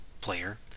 player